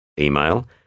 Email